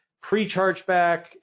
pre-chargeback